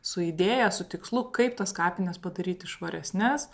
su idėja su tikslu kaip tas kapines padaryti švaresnes